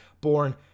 born